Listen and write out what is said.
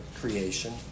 creation